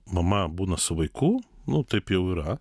mama būna su vaiku nu taip jau yra